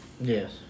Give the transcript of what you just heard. Yes